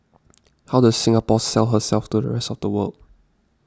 how does Singapore sell herself to the rest of the world